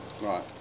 Right